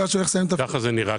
כך כרגע זה נראה.